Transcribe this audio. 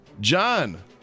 John